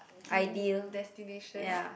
dream destination